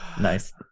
Nice